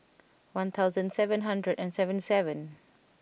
one thousand seven hundred and seventy seven